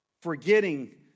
Forgetting